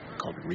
called